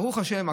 ברוך השם,